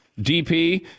DP